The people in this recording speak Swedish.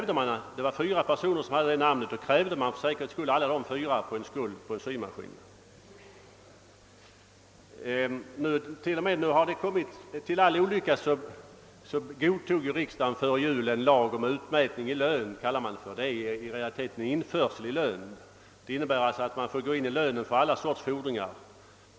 Det fanns fyra personer med samma efternamn, och då krävde man för säkerhets skull alla fyra på skulden, som gällde en symaskin. Till all olycka godtog riksdagen före jul en lag om utmätning i lön, som man kallade det; i verkligheten rör det sig om införsel i lön. Lagen innebär alltså att man får gå in i lönen för alla sorters fordringar.